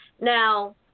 Now